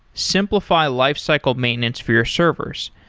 simplify lifecycle maintenance for your servers.